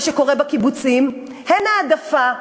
מה שקורה בקיבוצים, אין העדפה,